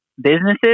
businesses